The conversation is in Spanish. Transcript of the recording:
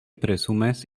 presumes